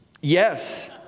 Yes